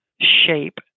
shape